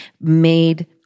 made